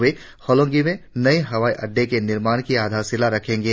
वे होलोंगी में नये हवाई अड़डे के निर्माण की आधारशिला रखेंगे